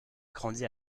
grandi